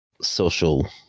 social